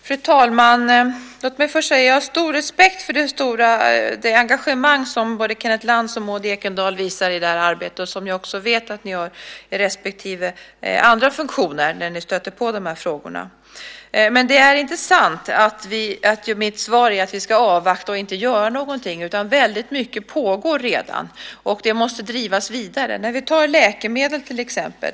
Fru talman! Jag har stor respekt för det engagemang som både Kenneth Lantz och Maud Ekendahl visar i arbetet och som jag också vet att ni har i era andra funktioner när ni stöter på de här frågorna. Men det är inte sant att mitt svar är att vi ska avvakta och inte göra någonting. Väldigt mycket pågår redan, och det måste drivas vidare. Vi kan som exempel ta frågan om läkemedel.